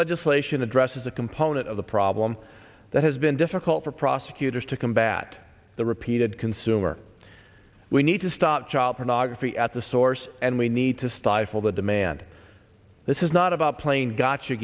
legislation addresses a component of the problem that has been difficult for prosecutors to combat the repeated consumer we need to stop child pornography at the source and we need to stifle the demand this is not about playing gotcha